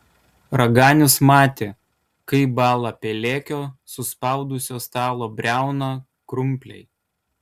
raganius matė kaip bąla pelėkio suspaudusio stalo briauną krumpliai